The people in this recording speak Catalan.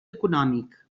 econòmic